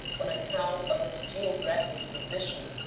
on account of its geographic position,